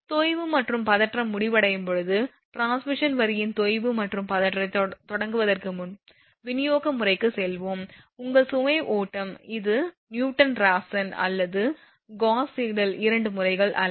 தொய்வு மற்றும் பதற்றம் முடிவடையும் போது டிரான்ஸ்மிஷன் வரியின் தொய்வு மற்றும் பதற்றத்தைத் தொடங்குவதற்கு முன் விநியோக முறைக்குச் செல்வோம் உங்கள் சுமை ஓட்டம் இது நியூட்டன் ராப்சன் அல்லது காஸ் சீடல் இரண்டு முறைகள் அல்ல